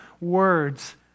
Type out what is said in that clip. words